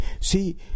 See